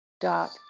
dot